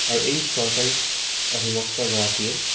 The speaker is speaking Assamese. আৰু এই চৰকাৰী অধিবক্তাগৰাকীয়ে